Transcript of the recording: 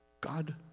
God